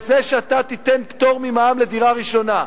בזה שאתה תיתן פטור ממע"מ לדירה ראשונה.